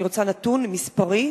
אני רוצה נתון מספרי.